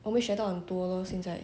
我没学到很多 lor 现在